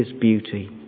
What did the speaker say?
beauty